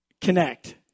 connect